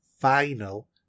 final